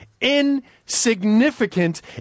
insignificant